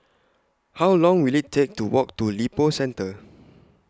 How Long Will IT Take to Walk to Lippo Centre